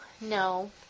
no